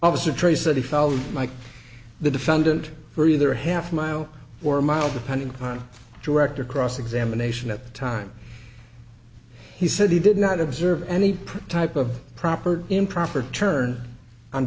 officer trees that he felt like the defendant were either half mile for mile depending upon director cross examination at the time he said he did not observe any type of proper improper turn on